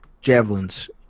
javelins